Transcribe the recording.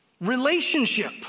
relationship